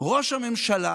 ראש ממשלה